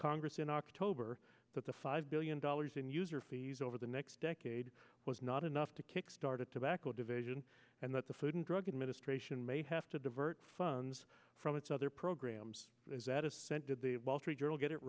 congress in october that the five billion dollars in user fees over the next decade was not enough to kick started tobacco division and that the food and drug administration may have to divert funds from its other programs is that assented the wall street journal get it